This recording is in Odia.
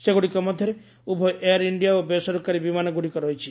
ସେଗୁଡ଼ିକ ମଧ୍ୟରେ ଉଭୟ ଏୟାର ଇଣ୍ଡିଆ ଓ ବେସରକାରୀ ବିମାନଗୁଡ଼ିକ ରହିଛି